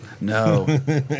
No